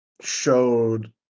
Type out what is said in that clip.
showed